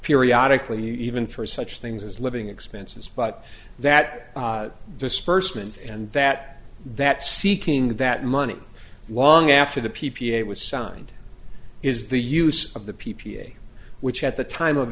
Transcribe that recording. periodically even for such things as living expenses but that dispersement and that that seeking that money long after the p p a was signed is the use of the p p a which at the time of